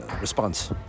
response